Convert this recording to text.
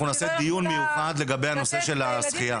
אנחנו נעשה דיון מיוחד בנושא של השחייה.